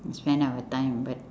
and spend our time but